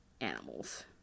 animals